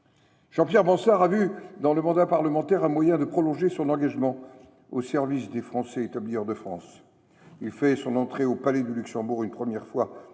Jean Pierre Bansard a vu dans le mandat parlementaire un moyen de prolonger son engagement au service des Français établis hors de France. Il fait son entrée au Palais du Luxembourg une première fois